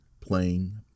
playing